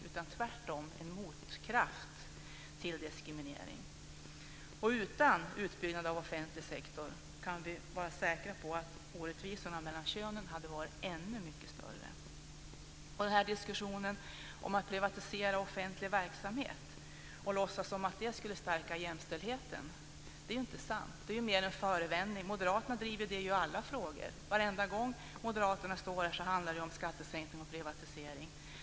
Den är tvärtom en motkraft mot diskriminering. Utan utbyggnaden av den offentliga sektorn kan vi vara säkra på att orättvisorna mellan könen hade varit ännu större. Att diskutera om att privatisera offentlig verksamhet och låtsas att det skulle stärka jämställdheten är att fara med osanning. Det är mera en förevändning. Moderaterna driver ju detta i alla frågor. Varenda gång moderaterna står här i talarstolen handlar det om skattesänkning och privatisering.